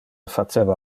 faceva